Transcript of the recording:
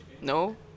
No